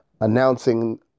announcing